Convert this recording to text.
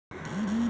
Check book का होला?